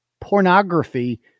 pornography